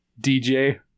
DJ